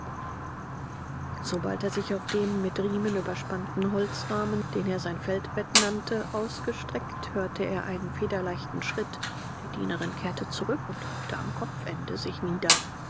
sobald er sich auf dem mit riemen überspannten holzrahmen den er sein feldbett nannte ausgestreckt hörte er einen federleichten schritt die dienerin kehrte zurück und hockte am kopfende sich nieder